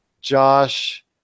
josh